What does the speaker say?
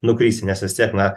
nukrisi nes vis tiek na